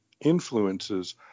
influences